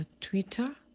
Twitter